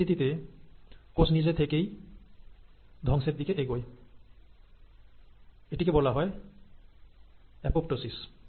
এই পরিস্থিতিতে কোষ নিজে থেকেই ধ্বংসের দিকে এগোয় এটিকে বলা হয় অপপ্তসিস